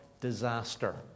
disaster